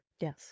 Yes